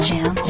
Jam